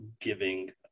giving